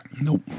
Nope